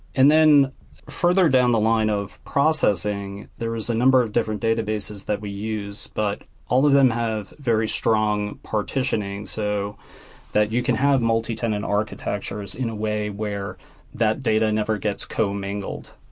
and then further down the line of processing, there is a number of different databases that we use. but all of them have very strong partitioning so that you can have multitenant architectures in a way where that data never gets co-mingled,